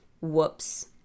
whoops